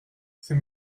c’est